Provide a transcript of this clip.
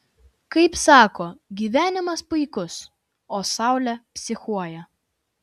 kaip sako gyvenimas puikus o saulė psichuoja